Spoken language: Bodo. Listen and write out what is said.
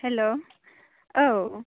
हेल' औ